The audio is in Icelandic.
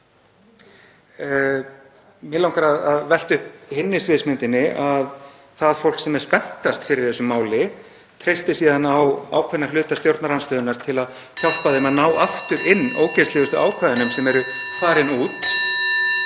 Mig langar að velta upp hinni sviðsmyndinni, að það fólk sem er spenntast fyrir þessu máli treysti síðan á ákveðinn hluta stjórnarandstöðunnar til að hjálpa því að ná aftur inn (Forseti hringir.) ógeðslegustu ákvæðunum sem eru farin út.